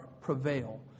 prevail